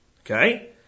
Okay